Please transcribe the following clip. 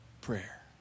prayer